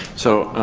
so,